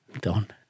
done